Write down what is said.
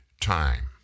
time